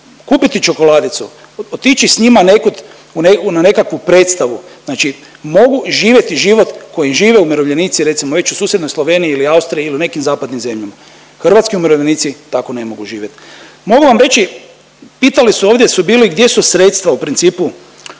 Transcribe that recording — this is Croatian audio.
kupiti čokoladicu, otići s njima nekud na nekakvu predstavu, znači mogu živjeti život koji žive umirovljenici recimo već u susjednoj Sloveniji ili Austriji ili nekim zapadnim zemljama. Hrvatski umirovljenici tako ne mogu živjeti. Mogu vam reći, pitali su ovdje su bili gdje su sredstva u principu